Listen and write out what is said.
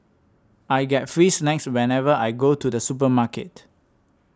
I get free snacks whenever I go to the supermarket